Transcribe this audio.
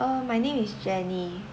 uh my name is jenny